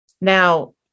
Now